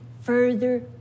further